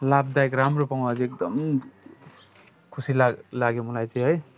लाभदायक राम्रो कमाउँदा चाहिँ एकदम खुसी लाग् लाग्यो मलाई चाहिँ है